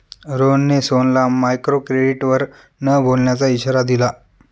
रोहनने सोहनला मायक्रोक्रेडिटवर न बोलण्याचा इशारा दिला